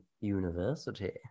university